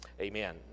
Amen